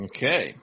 Okay